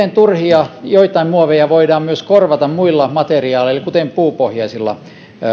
joitain turhia muoveja voidaan myös korvata muilla materiaaleilla kuten puupohjaisilla